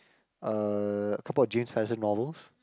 uh a couple of James-Tyson novels